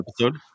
episode